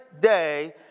day